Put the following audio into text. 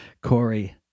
Corey